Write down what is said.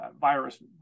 virus